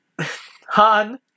Han